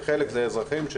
וחלק הם אזרחים.